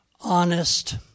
honest